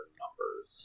numbers